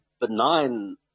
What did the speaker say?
benign